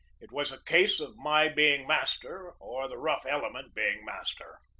it was a case of my being master, or the rough element being master.